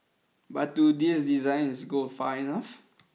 but do these designs go far enough